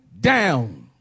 down